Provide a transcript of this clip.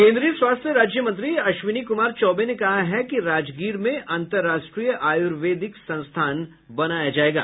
केंद्रीय स्वास्थ्य राज्य मंत्री अश्विनी कुमार चौबे ने कहा है कि राजगीर में अंतर्राष्ट्रीय आयुर्वेदिक संस्थान बनाया जायेगा